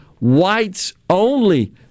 whites-only